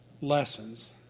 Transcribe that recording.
lessons